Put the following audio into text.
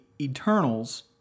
Eternals